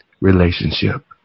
relationship